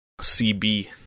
CB